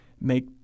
make